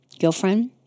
girlfriend